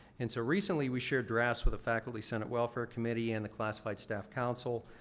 and so recently, we shared drafts with the faculty senate welfare committee and the class-wide staff council.